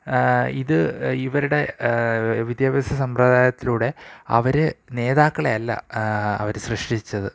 ഇത് ഇവരുടെ വിദ്യഭ്യാസ സമ്പ്രദായത്തിലൂടെ അവര് നേതാക്കളെയല്ല അവര് സൃഷ്ടിച്ചത്